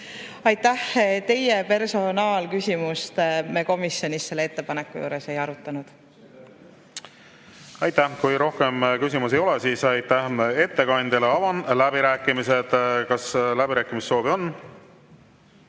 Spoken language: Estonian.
Aitäh! Teie personaalküsimust me komisjonis selle ettepaneku juures ei arutanud. Aitäh! Kui rohkem küsimusi ei ole, siis aitäh ettekandjale! Avan läbirääkimised. Kas läbirääkimiste soovi on?